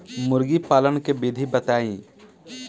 मुर्गी पालन के विधि बताई?